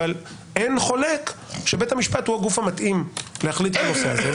אבל אין חולק שבית המשפט הוא הגוף המתאים להחליט בנושא הזה,